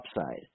upside